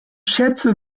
schätze